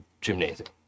gymnasium